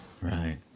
Right